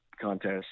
contest